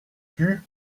put